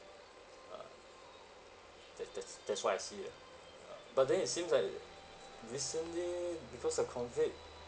ah that that's that's what I see ah but then it seems like recently because of COVID